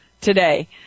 today